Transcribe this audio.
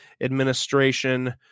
administration